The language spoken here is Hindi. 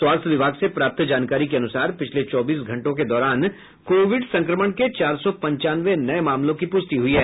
स्वास्थ्य विभाग से प्राप्त जानकारी के अनुसार पिछले चौबीस घंटों के दौरान कोविड संक्रमण के चार सौ पंचानवे नये मामलों की पुष्टि हुई है